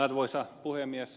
arvoisa puhemies